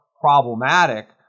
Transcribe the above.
problematic